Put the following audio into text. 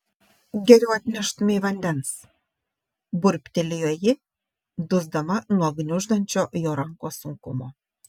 geriau atneštumei vandens burbtelėjo ji dusdama nuo gniuždančio jo rankos sunkumo